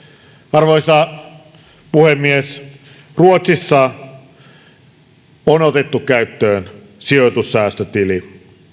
arvoisa puhemies ruotsissa on otettu käyttöön sijoitussäästötili